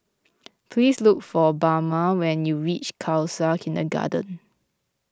please look for Bama when you reach Khalsa Kindergarten